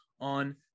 on